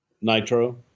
Nitro